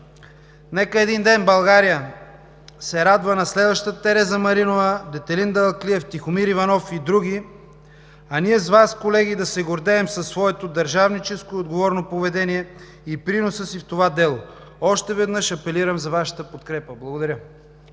Нека един ден България се радва на следваща Тереза Маринова, Детелин Далаклиев, Тихомир Иванов и други, а ние с Вас, колеги, да се гордеем със своето държавническо и отговорно поведение и приноса си в това дело. Още веднъж апелирам за Вашата подкрепа! Благодаря.